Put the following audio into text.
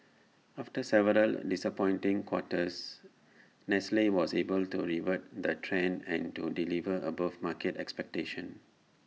after several disappointing quarters nestle was able to revert the trend and to deliver above market expectations